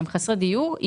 שהם חסרי דיור,